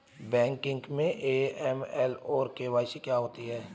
Banking में AML और KYC क्या हैं?